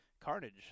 carnage